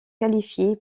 qualifié